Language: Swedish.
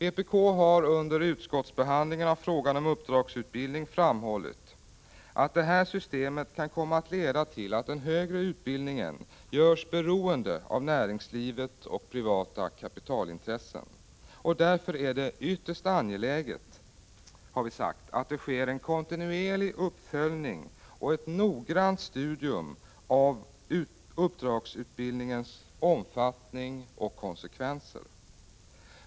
Vpk har under utskottsbehandlingen av frågan om uppdragsutbildning framhållit att det här systemet kan komma att leda till att den högre utbildningen görs beroende av näringslivet och privata kapitalintressen. Därför är det ytterst angeläget, har vi sagt, att det sker en kontinuerlig uppföljning och ett noggrant studium av uppdragsutbildningens omfattning och konsekvenser.